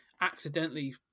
accidentally